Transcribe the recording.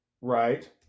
Right